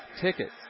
tickets